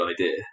idea